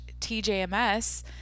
TJMS